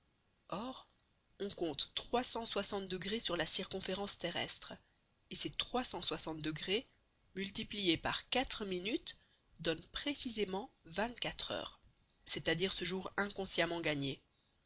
or on compte trois cent soixante degrés sur la circonférence terrestre et ces trois cent soixante degrés multipliés par quatre minutes donnent précisément vingt-quatre heures c'est-à-dire ce jour inconsciemment gagné